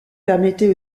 permettait